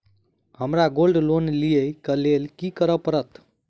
हमरा gold loan लिय केँ लेल की करऽ पड़त?